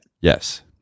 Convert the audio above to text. Yes